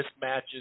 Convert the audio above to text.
mismatches